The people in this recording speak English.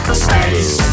space